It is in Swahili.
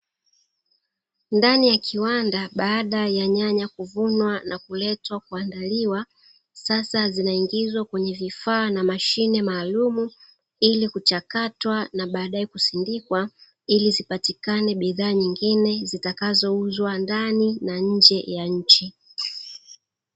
Ndani ya kiwanda baada ya nyanya kuvunwa na kuletwa kuandaliwa, sasa zinaingizwa kwenye vifaa na mashine maalumu ili kuchakatwa na baadae kusindikwa, ili zipatikane bidhaa nyingine zitakazouzwa ndani na nje ya nchi.